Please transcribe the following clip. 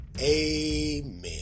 Amen